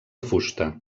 fusta